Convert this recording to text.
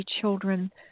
children